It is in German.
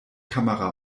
kamera